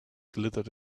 glittered